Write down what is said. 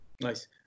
nice